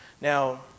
Now